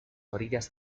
orillas